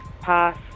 Pass